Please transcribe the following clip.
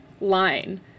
line